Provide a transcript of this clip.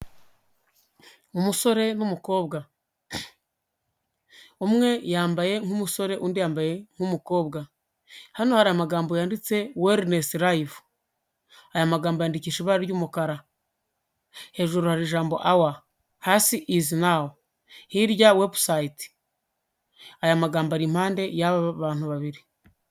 Umusore n'umukobwa. Umwe yambaye nk'umusore, undi yambaye nk'umukobwa. Hano hari amagambo yanditse Wellness live. Aya magambo yandikishije ibara ry'umukara. Hejuru hari ijambo Awa. Hasi is now. Hirya website. Aya magambo ari impande y'aba bantu babiri.